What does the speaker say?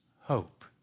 hope